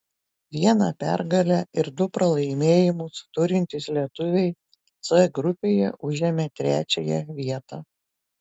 vieną pergalę ir du pralaimėjimus turintys lietuviai c grupėje užėmė trečiąją vietą